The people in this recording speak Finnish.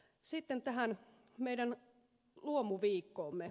sitten tähän meidän luomuviikkoomme